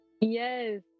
Yes